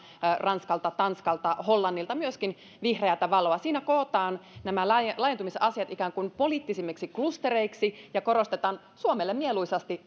ranskalta tanskalta hollannilta vihreätä valoa siinä kootaan nämä laajentumisasiat ikään kuin poliittisemmiksi klustereiksi ja korostetaan suomelle mieluisasti